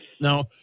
now